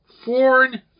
Foreign